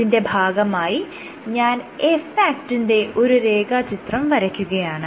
ഇതിന്റെ ഭാഗമായി ഞാൻ f ആക്റ്റിന്റെ ഒരു രേഖാചിത്രം വരയ്ക്കുകയാണ്